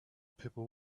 people